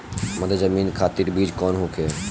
मध्य जमीन खातिर बीज कौन होखे?